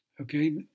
Okay